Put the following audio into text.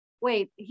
wait